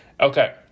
okay